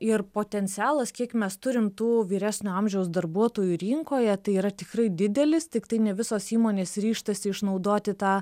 ir potencialas kiek mes turim tų vyresnio amžiaus darbuotojų rinkoje tai yra tikrai didelis tiktai ne visos įmonės ryžtasi išnaudoti tą